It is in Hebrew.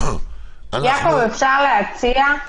יעקב, אפשר להציע?